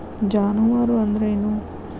ಜಾನುವಾರು ಅಂದ್ರೇನು?